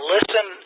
Listen